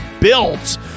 built